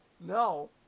No